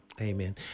Amen